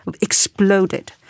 exploded